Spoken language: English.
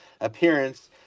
appearance